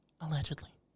Allegedly